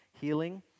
healing